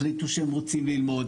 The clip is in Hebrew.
החליטו שהם רוצים ללמוד,